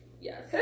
Yes